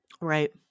Right